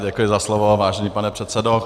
Děkuji za slovo, vážený pane předsedo.